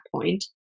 point